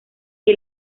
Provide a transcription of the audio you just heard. que